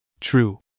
True